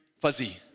fuzzy